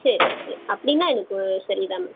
சரி சரி அப்படின்னா எனக்கு சரிதாங்க